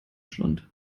schlund